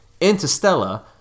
Interstellar